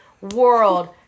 world